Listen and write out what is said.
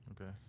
Okay